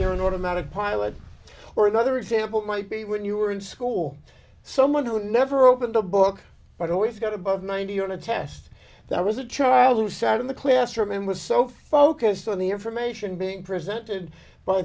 a pilot or another example might be when you were in school someone who'd never opened a book but always got above ninety on a test that was a child who sat in the classroom and was so focused on the information being presented by